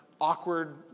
awkward